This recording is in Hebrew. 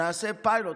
נעשה פיילוט.